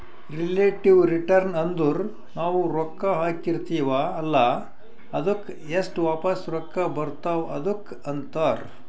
relative return ಅಂದುರ್ ನಾವು ರೊಕ್ಕಾ ಹಾಕಿರ್ತಿವ ಅಲ್ಲಾ ಅದ್ದುಕ್ ಎಸ್ಟ್ ವಾಪಸ್ ರೊಕ್ಕಾ ಬರ್ತಾವ್ ಅದುಕ್ಕ ಅಂತಾರ್